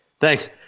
Thanks